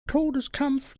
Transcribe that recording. todeskampf